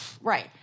right